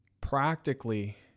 Practically